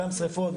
גם שריפות,